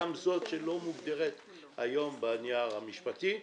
גם זאת שלא מגודרת היום בנייר המשפטי.